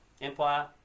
Empire